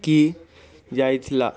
କି ଯାଇଥିଲା